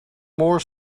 more